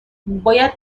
باید